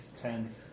Ten